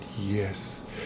Yes